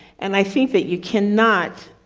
and i think that you cannot,